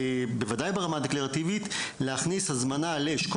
בוודאי ברמה ההצהרתית להכניס הזמנה לאשכול